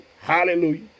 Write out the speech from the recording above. hallelujah